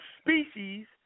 species